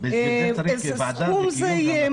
איזה סכום זה יהיה,